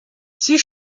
sie